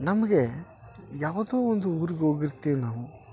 ನಮಗೆ ಯಾವುದೋ ಒಂದು ಊರಿಗೆ ಹೋಗಿರ್ತೀವ್ ನಾವು